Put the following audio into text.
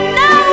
no